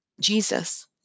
Jesus